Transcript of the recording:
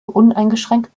uneingeschränkt